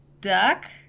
duck